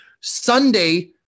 Sunday